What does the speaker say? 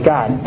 God